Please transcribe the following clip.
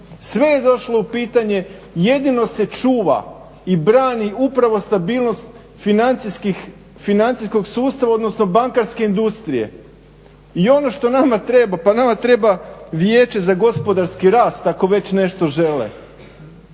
Sve je došlo u pitanje jedino se čuva i brani upravo stabilnost financijskog sustava odnosno bankarske industrije. I ono što nama treba? Pa nama treba vijeće za gospodarski rast ako već nešto žele?